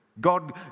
God